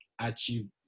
achieve